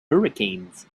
hurricanes